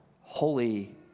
holy